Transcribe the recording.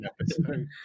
episode